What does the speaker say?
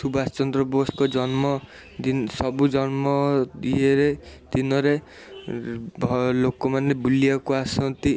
ସୁବାଷଚନ୍ଦ୍ର ବୋଷଙ୍କ ଜନ୍ମ ଦି ସବୁ ଜନ୍ମ ଇଏରେ ଦିନରେ ଲୋକମାନେ ବୁଲିବାକୁ ଆସନ୍ତି